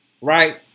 Right